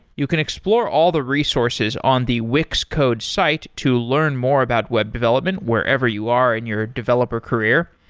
you can explore all the resources on the wix code's site to learn more about web development wherever you are in your developer career.